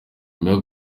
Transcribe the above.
nyuma